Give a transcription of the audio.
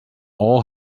all